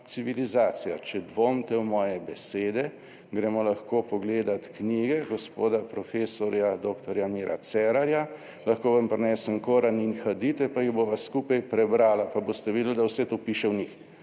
civilizacija. Če dvomite v moje besede, gremo lahko pogledat knjige gospoda prof. dr. Mira Cerarja, lahko vam prinesem koran in hadite, pa jih bova skupaj prebrala, pa boste videli, da vse to piše v njih.